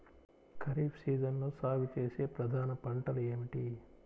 ఖరీఫ్ సీజన్లో సాగుచేసే ప్రధాన పంటలు ఏమిటీ?